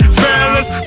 fellas